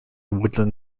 woodland